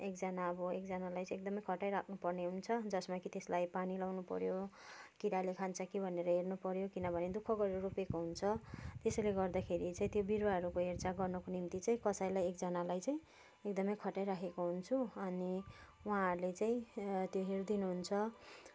एकजना अब एकजनालाई चाहिँ एकदमै खटाईराख्नु पर्ने हुन्छ जसमा कि त्यसलाई पानी लाउनु पऱ्यो किराले खान्छ कि भनेर हेर्नु पऱ्योकिनभने दुःख गरेर रोपेको हुन्छ त्यसैले गर्दाखेरि चाहिँ त्यो बिरुवाहरूको हेरचाह गर्नको निम्ति चाहिँ कसैलाई एकजनालाई चाहिँ एकदमै खटाइराखेको हुन्छु अनि उहाँहरूले चाहिँ त्यो हेरिदिनुहुन्छ